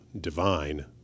divine